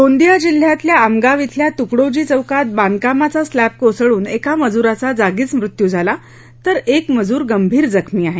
गोंदिया जिल्ह्यातल्या आमगांव खेल्या तुकडोजी चौकात बांधकामाचा स्लॅब कोसळुन एका मजुराचा जागीच मृत्यु झाला तर एक मंजूर गंभीर जखमी आहे